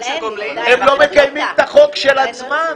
הם לא מקיימים את החוק של עצמם.